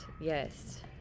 Yes